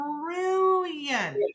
brilliant